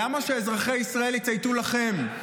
למה שאזרחי ישראל יצייתו לכם?